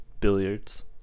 billiards